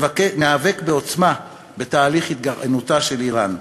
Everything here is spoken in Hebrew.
ניאבק בעוצמה בתהליך התגרענותה של איראן,